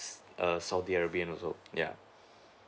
err saudi arabian also ya